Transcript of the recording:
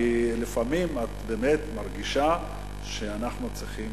כי לפעמים את באמת מרגישה שאנחנו צריכים